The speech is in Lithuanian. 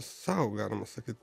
sau galima sakyt